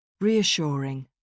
Reassuring